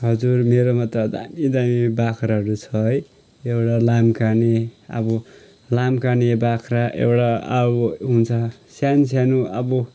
हजुर मेरोमा त दामी दामी बाख्राहरू छ है एउटा लामकाने अब लामकाने बाख्रा एउटा अब हुन्छ सानो सानो अब